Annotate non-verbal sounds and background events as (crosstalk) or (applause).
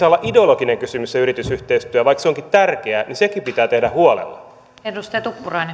(unintelligible) olla ideologinen kysymys se yritysyhteistyö vaikka se onkin tärkeää niin sekin pitää tehdä huolella